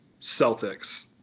Celtics